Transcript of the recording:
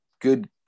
good –